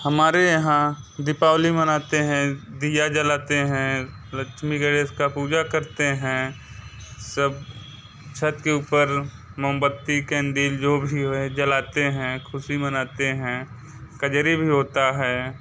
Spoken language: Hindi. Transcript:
हमारे यहाँ दीपावली मनाते हैं दिया जलाते हैं लक्ष्मी गणेश का पूजा करते हैं सब छत के ऊपर मोमबत्ती कैंडल जो भी है जलाते हैं खुशी मनाते हैं कजरी भी होता है